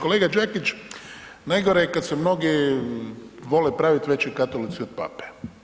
Kolega Đakić, najgore je kada se mnogi vole praviti veći katolici od Pape.